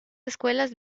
escuelas